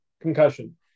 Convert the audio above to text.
concussion